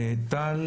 טל